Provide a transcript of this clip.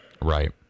right